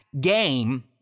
game